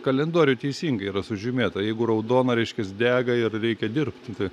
kalendoriuj teisingai yra sužymėta jeigu raudona reiškias dega ir reikia dirbt tai